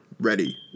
ready